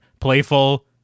playful